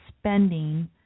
spending